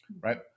right